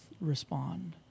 respond